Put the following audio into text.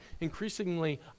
increasingly